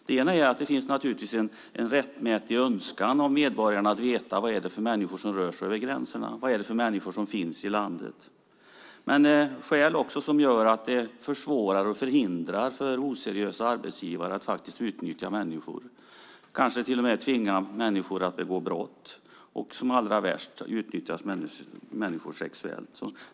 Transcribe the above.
Ett skäl är att det naturligtvis finns en rättmätig önskan hos medborgarna att veta vad det är för människor som rör sig över gränserna och vad det är för människor som finns i landet. Ett annat skäl är att det försvårar för och hindrar oseriösa arbetsgivare att utnyttja människor, kanske till och med tvinga människor att begå brott, och allra värst, utnyttja människor sexuellt.